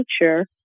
nature